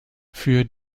für